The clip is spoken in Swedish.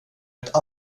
ett